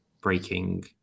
breaking